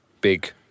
big